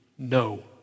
No